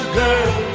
girl